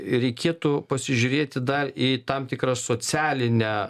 reikėtų pasižiūrėti dar į tam tikrą socialinę